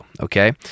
okay